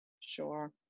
Sure